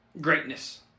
Greatness